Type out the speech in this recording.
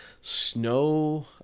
snow